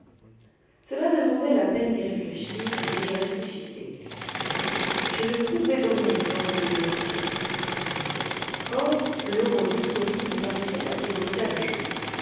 cela demandait la peine d'y réfléchir et j'y réfléchissais je ne pouvais dormir sans rêver d'éruption or le rôle de scorie me paraissait assez brutal à jouer